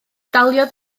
daliodd